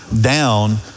down